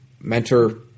mentor